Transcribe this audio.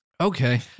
Okay